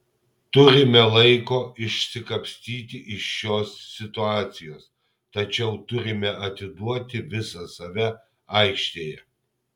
turime laiko išsikapstyti iš šios situacijos tačiau turime atiduoti visą save aikštėje